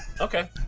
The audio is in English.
Okay